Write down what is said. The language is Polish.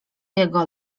jego